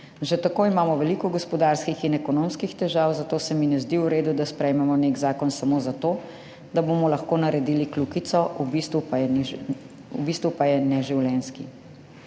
Že tako imamo veliko gospodarskih in ekonomskih težav, zato se mi ne zdi v redu, da sprejmemo nek zakon samo zato, da bomo lahko naredili kljukico, v bistvu pa je neživljenjski.«